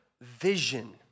vision